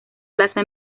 plaza